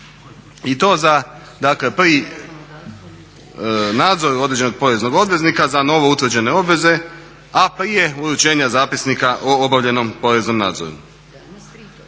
dakle pri nadzoru određenog poreznog obveznika za novoutvrđene obveze, a prije uručenja zapisnika o obavljenom poreznom nadzoru.